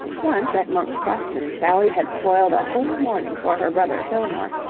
once, at monk's crofton, sally had spoiled a whole morning for her brother fillmore,